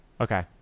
Okay